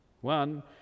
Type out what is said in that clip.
One